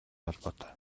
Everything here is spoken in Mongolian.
холбоотой